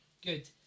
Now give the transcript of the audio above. good